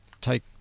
take